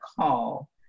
call